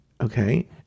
okay